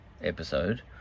episode